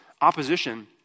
opposition